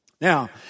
Now